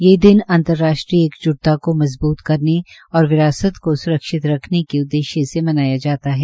ये दिन अंतर्राष्ट्रीय एकज्टता को मजबूत करने और विरासत को सुरक्षित रखने के उद्देश्य से मनाया जाता है